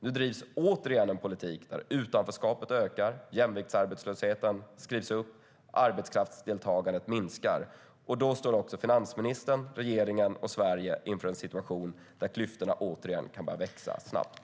Nu förs återigen en politik där utanförskapet ökar, jämviktsarbetslösheten skrivs upp och arbetskraftsdeltagandet minskar. Då står finansministern, regeringen och Sverige inför en situation där klyftorna återigen kan börja växa snabbt.